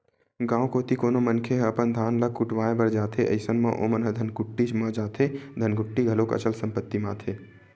गाँव कोती कोनो मनखे ह अपन धान ल कुटावय बर जाथे अइसन म ओमन ह धनकुट्टीच म जाथे धनकुट्टी घलोक अचल संपत्ति म आथे